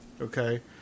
okay